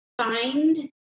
find